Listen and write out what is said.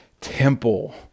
temple